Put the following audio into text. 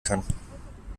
kann